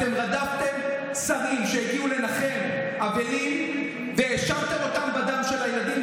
אתם רדפתם שרים שהגיעו לנחם אבלים והאשמתם אותם בדם של הילדים,